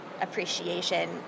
appreciation